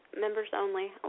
members-only